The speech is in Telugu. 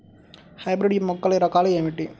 హైబ్రిడ్ మొక్కల రకాలు ఏమిటీ?